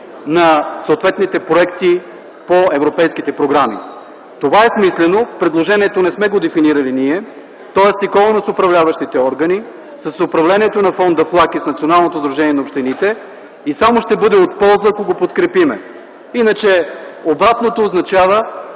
на съответните проекти по европейските програми. Това е смислено. Предложението не сме го дефинирали ние. То е стиковано с управляващите органи – с управлението на Фонд ФЛАГ и Националното сдружение на общините и само ще бъде от полза, ако го подкрепим. Иначе обратното означава